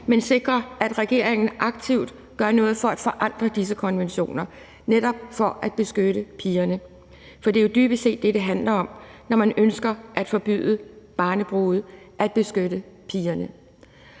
vi sikrer, at regeringen aktivt gør noget for at forandre disse konventioner, netop for at beskytte pigerne. For det er jo dybest set det, det handler om, når man ønsker at forbyde barnebrude: at beskytte pigerne.